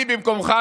אני במקומך,